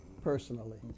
personally